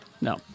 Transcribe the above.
No